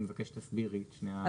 אני מבקש שתסבירי את שני הסעיפים.